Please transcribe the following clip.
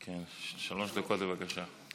שלוש דקות, בבקשה.